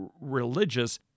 religious